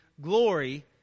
Glory